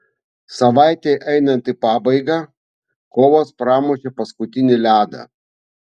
savaitei einant į pabaigą kovas pramušė paskutinį ledą